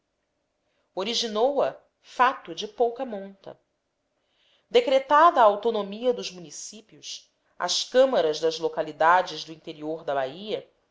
originou a fato de pouca monta decretada a autonomia dos municípios as câmaras das localidades do interior da bahia